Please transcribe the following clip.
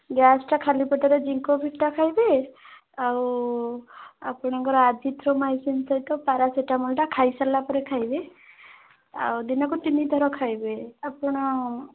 ଗ୍ୟାସ୍ଟା ଖାଲିପେଟରେ ଜିଙ୍କୋଭିଟ୍ଟା ଖାଇବେ ଆଉ ଆପଣଙ୍କର ଆଜିଥ୍ରୋମାଇସିନ୍ ସହିତ ପାରାସିଟାମଲ୍ଟା ଖାଇସାରିଲା ପରେ ଖାଇବେ ଆଉ ଦିନକୁ ତିନିଥର ଖାଇବେ ଆପଣ